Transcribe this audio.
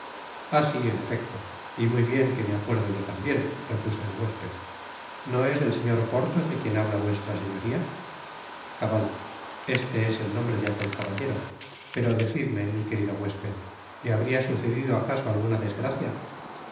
si en efecto y muy bien qoe me acuerdo yo tambien repuso el huésped no es del señor porthos de quien habla vuestra señoria cabal este es el nombre de aquel caballero pero decidme mi querido huésped le habria sucedido acaso alguna desgracia